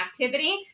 activity